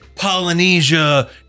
Polynesia